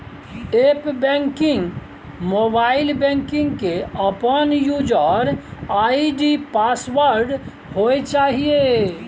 app banking, mobile banking के अपन user ID password होय चाहिए